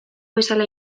bezala